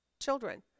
children